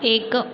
एक